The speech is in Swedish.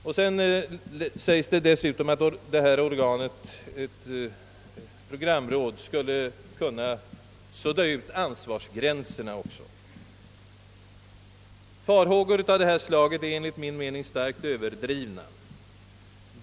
Dessutom framhåller utskottet, att ett programråd skulle kunna sudda ut ansvarsgränserna. Farhågor av det här slaget är enligt min mening starkt överdrivna.